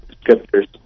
scriptures